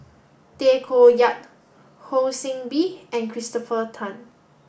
Tay Koh Yat Ho See Beng and Christopher Tan